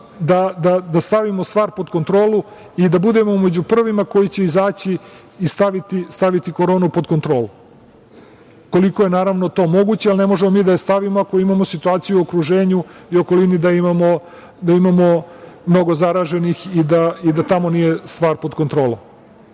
da stavimo stvar pod kontrolu i da budemo među prvima koji će izaći i staviti koronu pod kontrolu, koliko je to moguće al ne možemo mi da je stavimo jer imamo situaciju u okruženju i u okolini da imamo mnogo zaraženih i da tamo nije stvar pod kontrolom.